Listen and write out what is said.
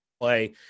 play